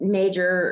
major